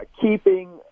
keeping